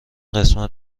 قسمت